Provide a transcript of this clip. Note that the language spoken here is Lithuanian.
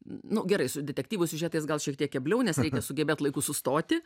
nu gerai su detektyvu siužetais gal šiek tiek kebliau nes reikia sugebėt laiku sustoti